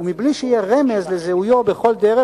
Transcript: ומבלי שיהיה רמז לזיהויו בכל דרך.